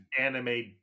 anime